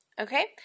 Okay